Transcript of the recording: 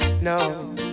no